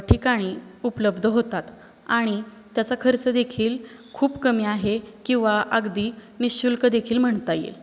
ठिकाणी उपलब्ध होतात आणि त्याचा खर्च देखील खूप कमी आहे किंवा अगदी निःशुल्कदेखील म्हणता येईल